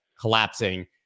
collapsing